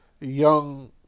young